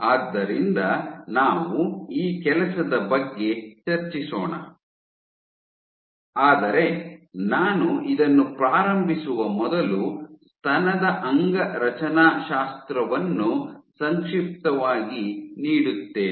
ಆದ್ದರಿಂದ ನಾವು ಈ ಕೆಲಸದ ಬಗ್ಗೆ ಚರ್ಚಿಸೋಣ ಆದರೆ ನಾನು ಇದನ್ನು ಪ್ರಾರಂಭಿಸುವ ಮೊದಲು ಸ್ತನದ ಅಂಗರಚನಾಶಾಸ್ತ್ರವನ್ನು ಸಂಕ್ಷಿಪ್ತವಾಗಿ ನೀಡುತ್ತೇನೆ